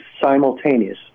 simultaneous